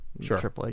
Sure